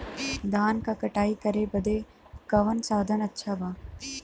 धान क कटाई करे बदे कवन साधन अच्छा बा?